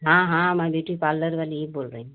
हाँ हाँ मैं ब्यूटी पार्लर वाली ही बोल रही हूँ